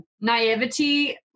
naivety